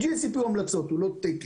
ה-GACP הוא המלצה, הוא לא תקן.